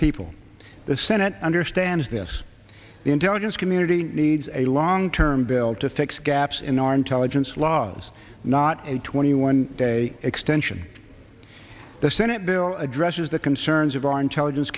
people the senate understands this the intelligence community needs a long term bill to fix gaps in our intelligence laws not a twenty one day extension the senate bill addresses the concerns of our intelligence